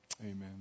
Amen